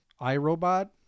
iRobot